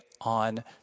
on